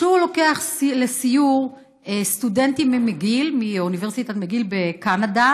הוא לוקח לסיור סטודנטים מאוניברסיטת מקגיל בקנדה